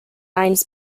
lines